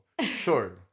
sure